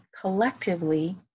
collectively